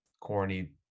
corny